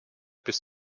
bis